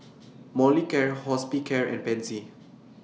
Molicare Hospicare and Pansy